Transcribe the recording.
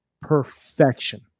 perfection